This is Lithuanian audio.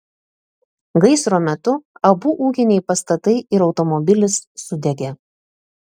gaisro metu abu ūkiniai pastatai ir automobilis sudegė